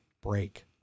break